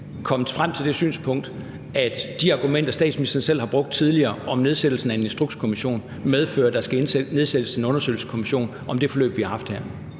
komme frem til det synspunkt, at de argumenter, statsministeren selv har brugt tidligere, om nedsættelsen af en instrukskommission medfører, at der skal nedsættes en undersøgelseskommission om det forløb, vi har haft her.